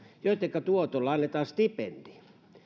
joittenka tuotolla annetaan stipendi